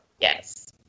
Yes